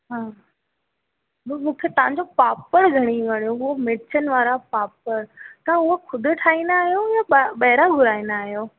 हा मु मूंखे तव्हांजो पापड़ घणेई वणियो हू मिर्चनि वारा पापड़ तव्हां इहो खुदि ठाहींदा आहियो या ब ॿाहिरां घुराईंदा आहियो